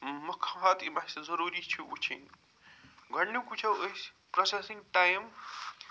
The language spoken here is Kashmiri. مُخات یِم اَسہِ ضروٗری چھِ وُچھِنۍ گۄڈنیُک وُچھو أسۍ پرٛوسَسِنٛگ ٹایِم